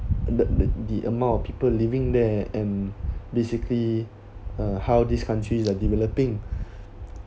the the the amount of people living there and basically uh how these countries are developing